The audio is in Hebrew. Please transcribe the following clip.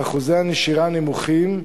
ואחוזי הנשירה נמוכים.